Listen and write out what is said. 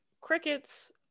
Crickets